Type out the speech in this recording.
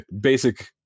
basic